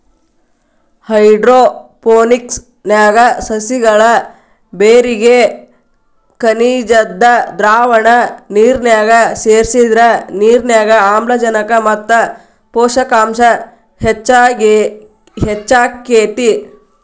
hydroponics ನ್ಯಾಗ ಸಸಿಗಳ ಬೇರಿಗೆ ಖನಿಜದ್ದ ದ್ರಾವಣ ನಿರ್ನ್ಯಾಗ ಸೇರ್ಸಿದ್ರ ನಿರ್ನ್ಯಾಗ ಆಮ್ಲಜನಕ ಮತ್ತ ಪೋಷಕಾಂಶ ಹೆಚ್ಚಾಕೇತಿ